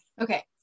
okay